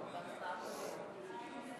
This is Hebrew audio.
רציפות על הצעת חוק לתיקון פקודת העיריות (מס' 138) (חברות גבייה),